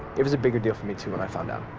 it was a bigger deal for me, too, when i found out.